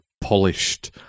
polished